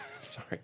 Sorry